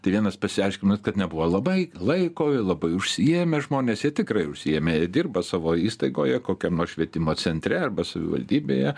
tai vienas pasiaiškinimas kad nebuvo labai laiko ir labai užsiėmę žmonės jie tikrai užsiėmę jie dirba savo įstaigoje kokiam nors švietimo centre arba savivaldybėje